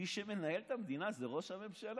ומי שמנהל את המדינה זה ראש הממשלה,